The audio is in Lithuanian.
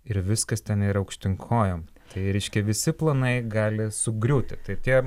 ir viskas ten yra aukštyn kojom tai reiškia visi planai gali sugriūti tai tie